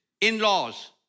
in-laws